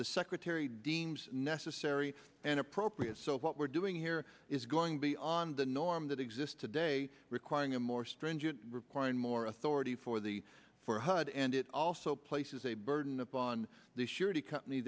the secretary deems necessary and appropriate so what we're doing here is going beyond the norm that exist today requiring a more stringent requiring more authority for the for hud and it also places a burden upon the surety company